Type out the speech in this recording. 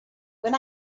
when